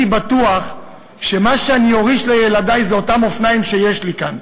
בטוח שמה שאוריש לילדי זה את אותם אופניים שיש לי כאן,